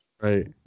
right